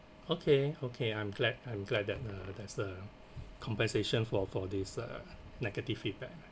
okay okay I'm glad I'm glad that uh there's a compensation for for this uh negative feedback